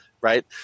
right